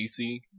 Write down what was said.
DC